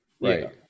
Right